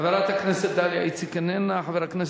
חברת הכנסת דליה איציק, איננה.